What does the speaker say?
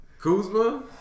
Kuzma